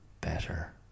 better